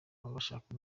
bashaka